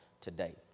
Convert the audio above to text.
today